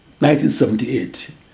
1978